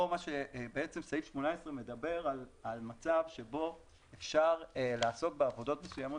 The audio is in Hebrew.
סעיף 18 מדבר על מצב שבו אפשר לעסוק בעבודות מסוימות